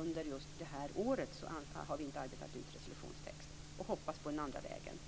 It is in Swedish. Under just det här året har vi inte utarbetat resolutionstext, och vi hoppas på den andra vägen.